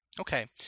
Okay